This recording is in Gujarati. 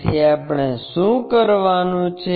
તેથી આપણે શું કરવાનું છે